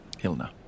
Hilna